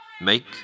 Make